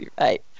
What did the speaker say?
Right